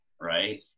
Right